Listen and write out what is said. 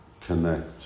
connect